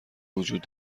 وجود